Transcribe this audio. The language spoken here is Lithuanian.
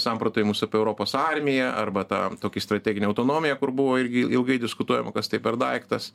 samprotavimus apie europos armiją arba tą tokį strateginę autonomiją kur buvo irgi ilgai diskutuojama kas tai per daiktas